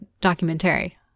documentary